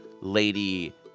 lady